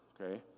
Okay